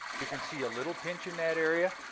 you can see a little pinch in that area.